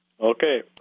Okay